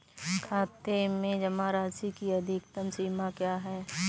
खाते में जमा राशि की अधिकतम सीमा क्या है?